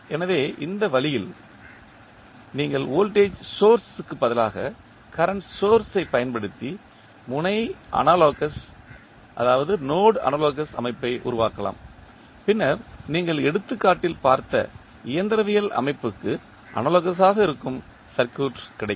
எனவே இந்த வழியில் நீங்கள் வோல்டேஜ் சோர்ஸ் க்கு பதிலாக கரண்ட் சோர்ஸ் ஐ பயன்படுத்தி முனை அனாலோகஸ் அமைப்பை உருவாக்கலாம் பின்னர் நீங்கள் எடுத்துக்காட்டில் பார்த்த இயந்திரவியல் அமைப்புக்கு அனாலோகஸ் ஆக இருக்கும் சர்க்யூட் கிடைக்கும்